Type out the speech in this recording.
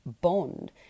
bond